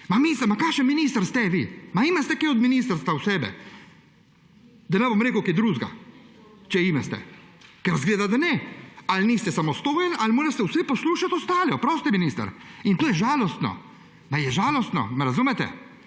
Mislim, kakšen minister ste vi? Imate kaj od ministrske osebe? Da ne bom rekel kaj drugega, če imate. Ker izgleda, da ne. Ali niste samostojni ali morate vse poslušati ostale? Oprostite, minister. In to je žalostno. Je žalostno, me razumete?